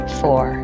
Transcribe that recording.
four